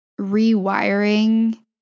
rewiring